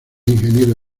ingeniero